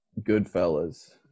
Goodfellas